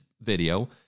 video